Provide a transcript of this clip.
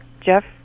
Jeff